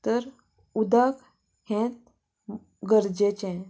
तर उदक हें गरजेचें